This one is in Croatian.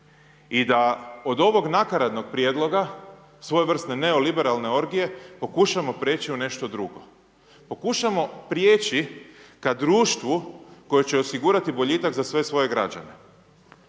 i da od ovog nakaradnog prijedloga, svojevrsne neoliberalne orgije pokušamo prijeći u nešto drugo. Pokušamo prijeći ka društvu koje će osigurati boljitak za sve svoje građane.